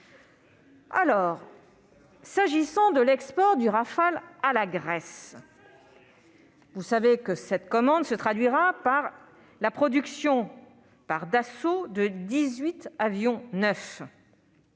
Pour ce qui est de l'export de Rafale à la Grèce, vous savez que cette commande se traduira par la production par Dassault de dix-huit avions neufs.